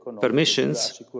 permissions